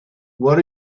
what